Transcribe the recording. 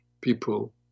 people